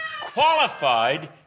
qualified